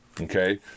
Okay